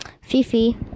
Fifi